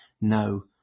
no